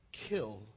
kill